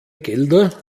gelder